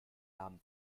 namen